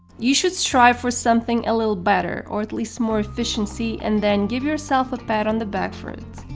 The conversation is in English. you should strive for something a little better, or at least more efficiency, and then give yourself a pat on the back for it.